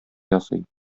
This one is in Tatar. ясый